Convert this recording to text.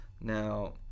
Now